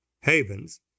havens